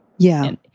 yeah,